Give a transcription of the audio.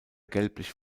gelblich